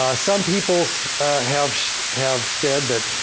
ah some people have have said that